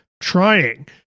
trying